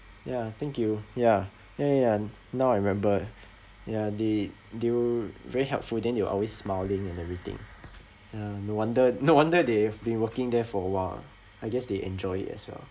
ya thank you ya ya ya ya now I remembered ya they they were very helpful then they were always smiling and everything ya no wonder no wonder they they working there for a while I guess they enjoy it as well